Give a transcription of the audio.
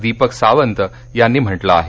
दीपक सावंत यांनी म्हटलं आहे